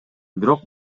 бирок